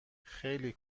خیلی